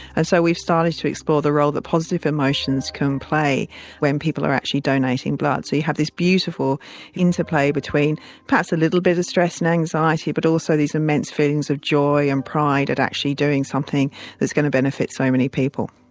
and so we've started to explore the role that positive emotions can play when people are actually donating blood. so you have this interplay between perhaps a little bit of stress and anxiety but also these immense feelings of joy and pride at actually doing something that's going to benefit so many people.